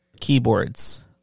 keyboards